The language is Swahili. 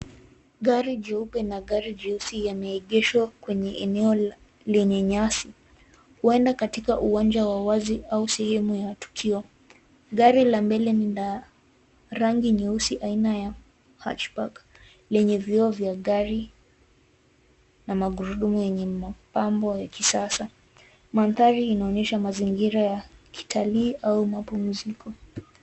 Gari jeupe na gari jeusi yameegeshwa kwenye eneo lenye nyasi. Huenda katika uwanja katika uwanja wa wazi au sehemu ya tukio. Gari la mbele ni la rangi nyeusi aina ya Hatchback ,lenye vioo vya gari na magurudumu yenye mapambo ya kisasa. Mandhari inaonyesha mazingira ya kitalii au mapumziko.